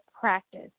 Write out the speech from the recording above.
practice